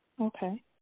Okay